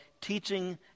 teaching